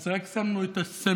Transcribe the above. אז רק שמנו את הסמל.